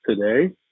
today